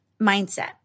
mindset